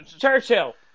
Churchill